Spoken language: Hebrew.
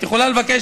את יכולה לבקש,